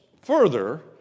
further